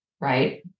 right